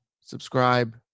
subscribe